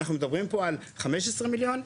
אנחנו מדברים פה על חמש עשרה מיליון,